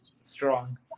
strong